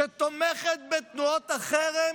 שתומכת בתנועות החרם